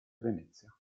venezia